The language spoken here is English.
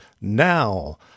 now